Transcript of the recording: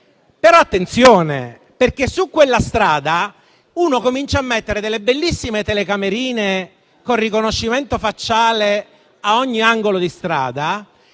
però, perché su quella strada uno comincia a mettere delle bellissime telecamerine con riconoscimento facciale ad ogni angolo e vi